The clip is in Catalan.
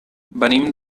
venim